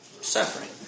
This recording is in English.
Suffering